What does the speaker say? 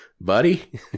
Buddy